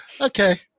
okay